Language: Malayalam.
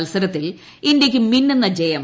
മത്സരത്തിൽ ഇന്ത്യയ്ക്ക് മിന്നുന്ന ജയം